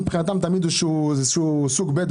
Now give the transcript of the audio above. מבחינתם הוא תמיד איזשהו סוג ב'.